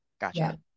gotcha